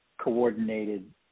coordinated